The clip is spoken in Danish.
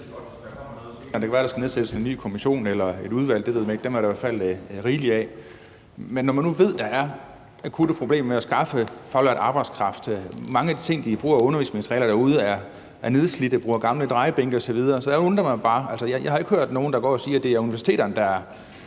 men det kan være, at der skal nedsættes en ny kommission eller et udvalg. Det ved man ikke; dem er der i hvert fald rigeligt af. Men når man nu ved, at der er akutte problemer med at skaffe faglært arbejdskraft, og at mange af de undervisningsmaterialer, de bruger derude, er nedslidte, at de bruger gamle drejebænke osv., så undrer det mig bare. Altså, jeg har ikke hørt nogen, der går og siger, at det er universiteterne, der har